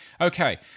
Okay